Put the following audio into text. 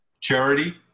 Charity